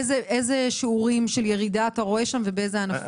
שיעורי ירידה אתם רואים ובאלו ענפים?